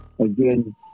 again